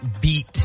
beat